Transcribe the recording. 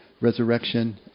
resurrection